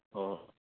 ꯍꯣꯏ ꯍꯣꯏ